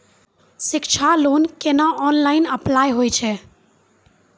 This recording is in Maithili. शिक्षा लोन केना ऑनलाइन अप्लाय होय छै?